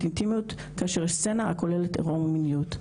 אינטימיות כשיש סצנה הכוללת עירום ומיניות.